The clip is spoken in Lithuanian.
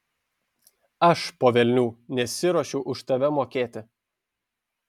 aš po velnių nesiruošiu už tave mokėti